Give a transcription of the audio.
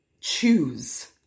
choose